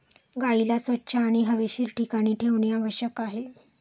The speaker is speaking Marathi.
गाईला स्वच्छ आणि हवेशीर ठिकाणी ठेवणे आवश्यक आहे